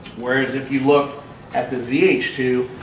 whereas. if you look at the z h two.